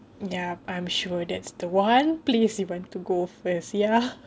ya I'm sure that's the one place you want to go first ya